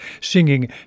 singing